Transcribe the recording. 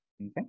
Okay